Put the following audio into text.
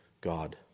God